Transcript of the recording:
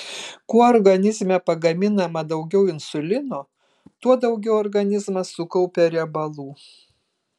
kuo organizme pagaminama daugiau insulino tuo daugiau organizmas sukaupia riebalų